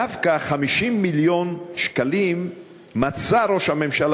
דווקא 50 מיליון שקלים מצא ראש הממשלה